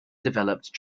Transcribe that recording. developed